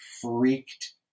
freaked